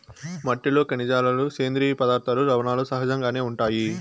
మట్టిలో ఖనిజాలు, సేంద్రీయ పదార్థాలు, లవణాలు సహజంగానే ఉంటాయి